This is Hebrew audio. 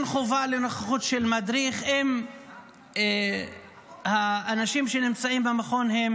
אין חובה לנוכחות של מדריך אם האנשים שנמצאים במכון הם